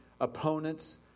opponents